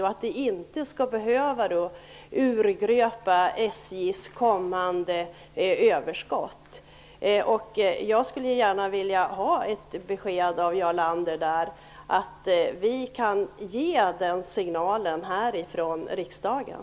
Detta skall inte behöva urgröpa SJ:s kommande överskott. Jag skulle gärna vilja ha ett besked från Jarl Lander om att vi härifrån riksdagen kan ge den signalen.